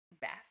best